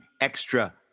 extra